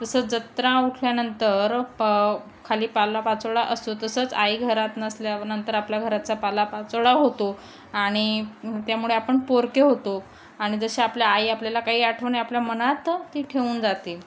तसं जत्रा उठल्यानंतर प खाली पाला पाचोळा असतो तसंच आई घरात नसल्यानंतर आपल्या घराचा पाला पाचोळा होतो आणि त्यामुळे आपण पोरके होतो आणि जशे आपल्या आई आपल्याला काही आठवणे आपल्या मनात ती ठेऊन जाते